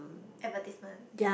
advertisement